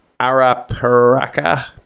Araparaca